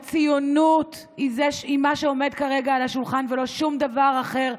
כשהציונות היא מה שעומד כרגע על השולחן ולא שום דבר אחר.